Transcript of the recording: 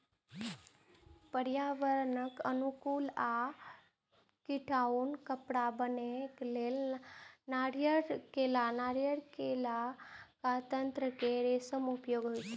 पर्यावरण अनुकूल आ टिकाउ कपड़ा बनबै लेल नारियल, केला, गन्ना के रेशाक उपयोग होइ छै